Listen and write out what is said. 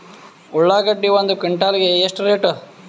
ಉಳ್ಳಾಗಡ್ಡಿ ಒಂದು ಕ್ವಿಂಟಾಲ್ ಗೆ ಎಷ್ಟು ರೇಟು?